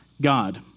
God